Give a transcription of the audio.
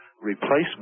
replacement